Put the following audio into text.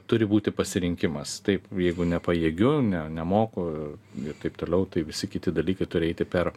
turi būti pasirinkimas taip jeigu nepajėgiu ne nemoku ir taip toliau tai visi kiti dalykai turi eiti per